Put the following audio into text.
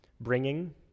bringing